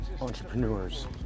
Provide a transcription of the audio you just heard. Entrepreneurs